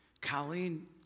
Colleen